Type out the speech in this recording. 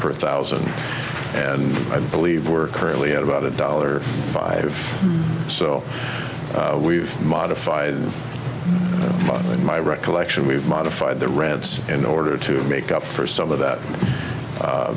per thousand and i believe we're currently at about a dollar five so we've modified in my recollection we've modified the reds in order to make up for some of that